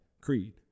Creed